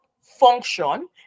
function